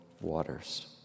waters